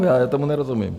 Já tomu nerozumím.